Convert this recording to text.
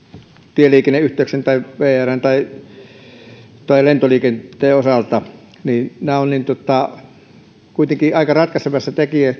tieliikenneyhteyksien kuin vrn tai tai lentoliikenteen osalta nämä ovat kuitenkin aika ratkaiseva tekijä